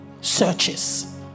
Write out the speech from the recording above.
searches